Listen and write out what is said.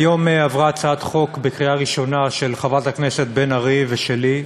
היום עברה בקריאה ראשונה הצעת חוק של חברת הכנסת בן ארי ושלי,